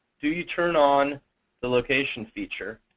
do you turn on the location feature?